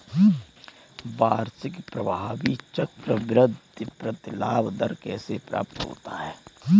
वार्षिक प्रभावी चक्रवृद्धि प्रतिलाभ दर कैसे प्राप्त होता है?